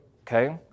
Okay